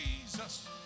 Jesus